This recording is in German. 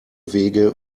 wege